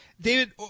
David